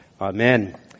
Amen